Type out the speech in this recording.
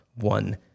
one